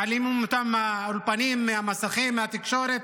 מעלימים אותם מהאולפנים, מהמסכים, מהתקשורת.